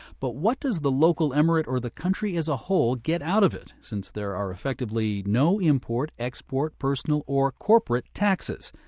but what does the local emirate or the country as a whole get out of it since there are effectively no import, export, personal, or corporate taxes?